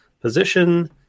position